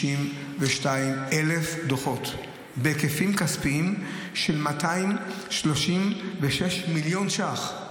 762,000 דוחות בהיקפים כספיים של 236 מיליון שקל.